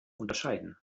unterscheiden